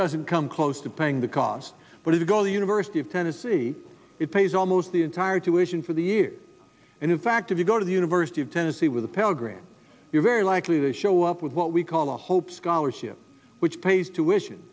doesn't come close to paying the cost but if you go to the university of tennessee it pays almost the entire tuition for the year and in fact if you go to the university of tennessee with a pell grant you're very likely to show up with what we call a hope scholarship which pays to ition